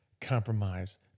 compromise